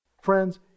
Friends